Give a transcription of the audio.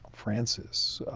francis,